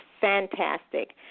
fantastic